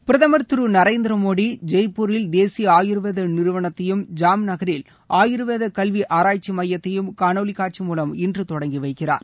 பிரதமர் திருநரேந்திர மோடி ஜெய்பூரில் தேசிய ஆயுர்வேத நிறுவனத்தையும் ஜாம்நகரில் ஆயுர்வேத கல்வி ஆராய்ச்சி மையத்தையும் காணொளி காட்சி மூலம் இன்று தொடங்கி வைக்கிறார்